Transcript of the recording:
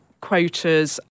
quotas